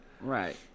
Right